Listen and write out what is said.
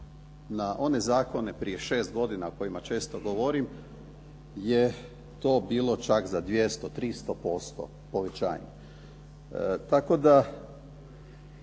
na one zakone prije šest godina o kojima često govorim je to bilo za čak 200, 300% povećanje